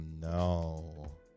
no